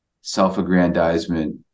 self-aggrandizement